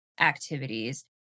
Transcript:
activities